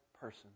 person